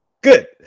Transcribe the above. good